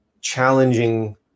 challenging